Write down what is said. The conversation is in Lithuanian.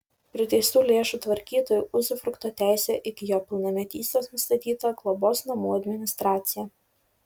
priteistų lėšų tvarkytoju uzufrukto teise iki jo pilnametystės nustatyta globos namų administracija